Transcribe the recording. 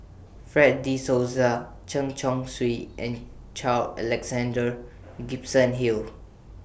Fred De Souza Chen Chong Swee and Carl Alexander Gibson Hill